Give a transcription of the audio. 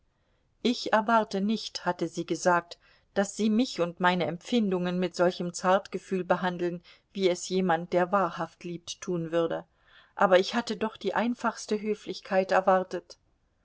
ich erwarte nicht hatte sie gesagt daß sie mich und meine empfindungen mit solchem zartgefühl behandeln wie es jemand der wahrhaft liebt tun würde aber ich hatte doch die einfachste höflichkeit erwartet